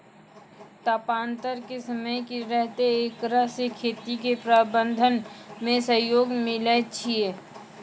तापान्तर के समय की रहतै एकरा से खेती के प्रबंधन मे सहयोग मिलैय छैय?